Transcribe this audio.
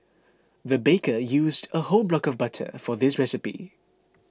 the baker used a whole block of butter for this recipe